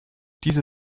diese